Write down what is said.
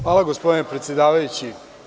Hvala gospodine predsedavajući.